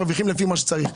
מרוויחים לפי מה שצריך.